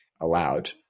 allowed